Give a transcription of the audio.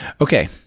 Okay